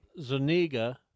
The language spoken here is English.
Zuniga